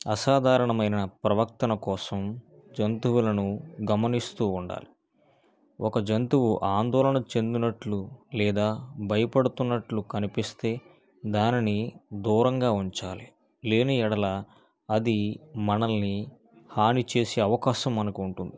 అసాధారణమైన ప్రవర్తన కోసం జంతువులను గమనిస్తూ ఉండాలి ఒక జంతువు ఆందోళన చెందినట్లు లేదా భయపడుతున్నట్లు కనిపిస్తే దానిని దూరంగా ఉంచాలి లేనియెడల అది మనల్ని హాని చేసే అవకాశం మనకు ఉంటుంది